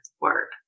word